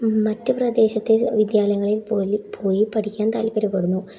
മറ്റ് പ്രദേശത്തെ വിദ്യാലയങ്ങളിൽ പോലും പോയി പഠിക്കാൻ താത്പര്യപ്പെടുന്നു